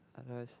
otherwise